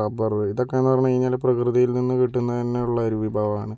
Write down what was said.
rubber ഇതൊക്കെന്ന് പറഞ്ഞു കഴിഞ്ഞാൽ പ്രകൃതിയിൽ നിന്ന് കിട്ടുന്ന തന്നെയുള്ള ഒരു വിഭവാണ്